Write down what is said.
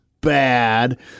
bad